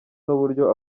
n’uburyo